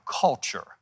culture